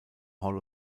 hall